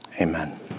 amen